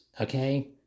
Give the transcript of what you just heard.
okay